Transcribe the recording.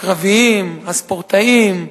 הקרביים, הספורטאים.